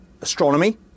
astronomy